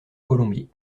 colombiers